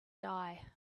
die